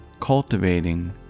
cultivating